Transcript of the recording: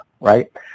right